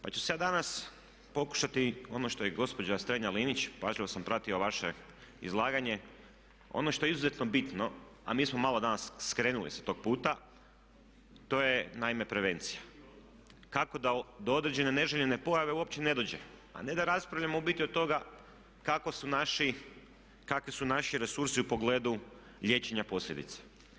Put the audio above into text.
Pa ću se ja danas pokušati ono što je i gospođa Strenja-Linić, pažljivo sam pratio vaše izlaganje, ono što je izuzetno bitno, a mi smo malo danas skrenuli sa tog puta to je naime prevencija, kako da do određene neželjene pojave uopće ne dođe a ne da raspravljamo u biti od toga kakvi su naši resursi u pogledu liječenja posljedica.